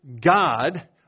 God